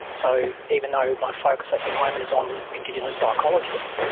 so even though my focus at the moment is on indigenous psychologists,